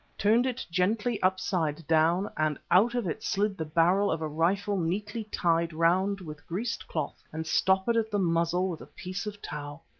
turned it gently upside down and out of it slid the barrel of a rifle neatly tied round with greased cloth and stoppered at the muzzle with a piece of tow!